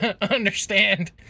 understand